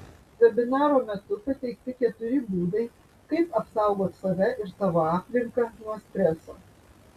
vebinaro metu pateikti keturi būdai kaip apsaugot save ir savo aplinką nuo streso